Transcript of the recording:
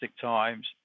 times